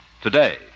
today